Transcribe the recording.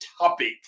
topic